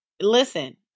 listen